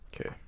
Okay